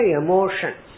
emotions